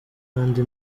kandi